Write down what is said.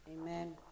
Amen